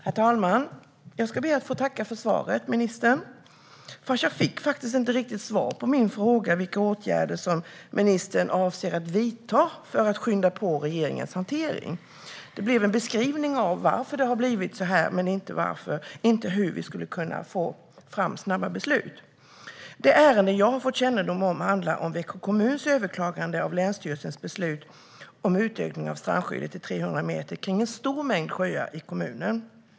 Herr talman! Jag ska be att få tacka för svaret, ministern. Fast jag fick faktiskt inte riktigt något svar på min fråga om vilka åtgärder som ministern avser att vidta för att skynda på regeringens hantering. Jag fick en beskrivning av varför det har blivit så här, men inget om hur man skulle kunna få fram snabba beslut. Det ärende som jag har fått kännedom om handlar om en kommuns överklagande av länsstyrelsens beslut om utökning av strandskyddet till 300 meter kring en stor mängd sjöar i kommunen.